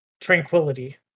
tranquility